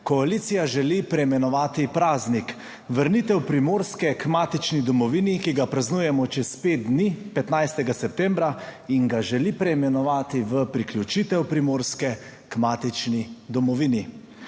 Koalicija želi preimenovati praznik, vrnitev Primorske k matični domovini, ki ga praznujemo čez pet dni, 15. septembra in ga želi preimenovati v Priključitev Primorske k matični domovini.